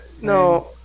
no